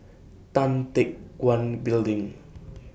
Tan Teck Guan Building